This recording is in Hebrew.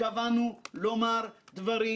הסכמנו: